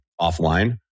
offline